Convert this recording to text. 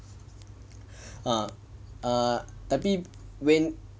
ah ah tapi when